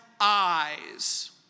eyes